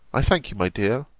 i thank you, my dear,